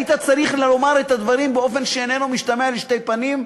היית צריך לומר את הדברים באופן שאיננו משתמע לשתי פנים,